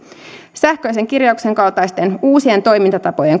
sähköisen kirjauksen kaltaisten uusien toimintatapojen